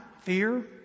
fear